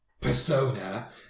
persona